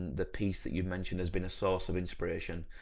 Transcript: the piece that you mentioned as being a source of inspiration.